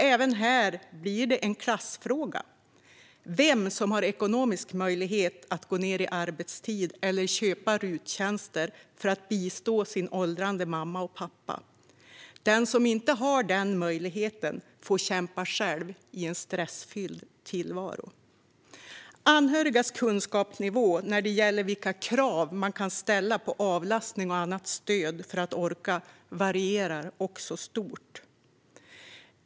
Även här blir det en klassfråga vem som har ekonomisk möjlighet att gå ned i arbetstid eller köpa RUT-tjänster för att bistå sin åldrande mamma och pappa. Den som inte har den möjligheten får kämpa själv i en stressfylld tillvaro. Anhörigas kunskapsnivå vad gäller vilka krav de kan ställa på avlastning och annat stöd för att orka varierar också stort.